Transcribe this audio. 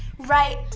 right,